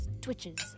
twitches